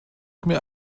mir